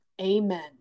Amen